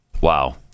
Wow